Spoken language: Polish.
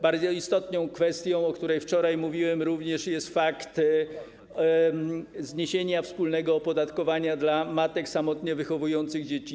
Bardzo istotną kwestią, o której wczoraj mówiłem, jest również fakt zniesienia wspólnego opodatkowania dla matek samotnie wychowujących dzieci.